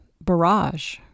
barrage